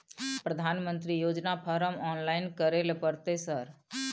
प्रधानमंत्री योजना form online करैले परतै सर?